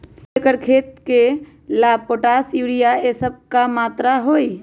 दो एकर खेत के ला पोटाश, यूरिया ये सब का मात्रा होई?